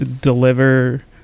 deliver